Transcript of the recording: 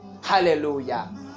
hallelujah